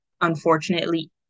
unfortunately